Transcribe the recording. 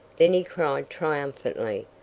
then he cried triumphantly,